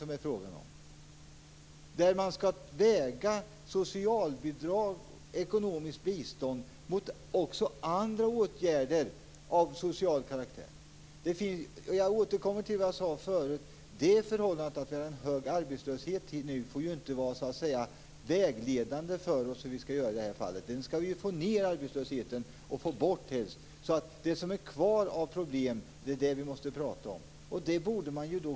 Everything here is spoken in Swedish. I ett sådant system kommer socialbidrag och ekonomiskt bistånd att vägas också mot andra åtgärder av social karaktär. Jag återkommer till det som jag tidigare sade, att det förhållandet att vi nu har en hög arbetslöshet inte får vara vägledande för hur vi skall göra i det här fallet. Vi skall ju få ned och helst få bort arbetslösheten. Det är de problem som sedan återstår som vi måste prata om.